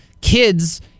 Kids